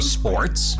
sports